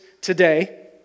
today